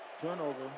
turnover